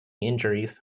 injuries